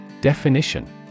Definition